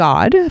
God